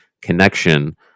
connection